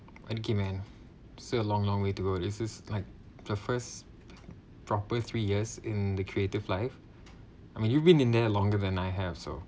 okay man still long long way to go this is like the first proper three years in the creative life I mean you've been in there longer than I have so